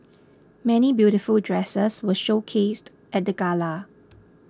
many beautiful dresses were showcased at the gala